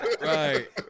Right